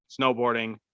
snowboarding